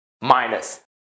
minus